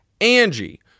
Angie